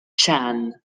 chan